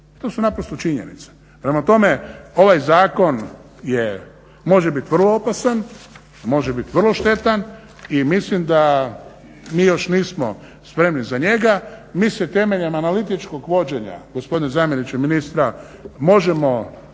To su naprosto činjenice. Prema tome, ovaj zakon može bit vrlo opasan, može bit vrlo štetan i mislim da mi još nismo spremni za njega. Mi se temeljem analitičkog vođenja, gospodine zamjeniče ministra, možemo